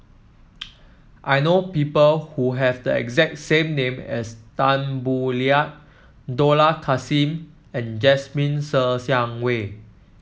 I know people who have the exact same name as Tan Boo Liat Dollah Kassim and Jasmine Ser Xiang Wei